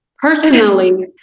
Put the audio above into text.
Personally